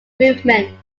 movement